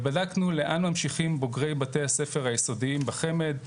ובדקנו לאן ממשיכים בוגרי בתי הספר היסודיים בחמ"ד,